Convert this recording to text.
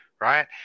right